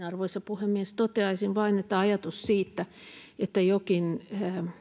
arvoisa puhemies toteaisin vain että ajatus siitä että jokin